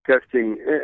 testing